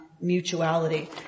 mutuality